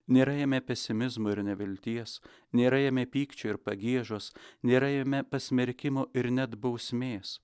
nėra jame pesimizmo ir nevilties nėra jame pykčio ir pagiežos nėra jame pasmerkimo ir net bausmės